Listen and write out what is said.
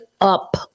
up